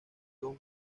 dos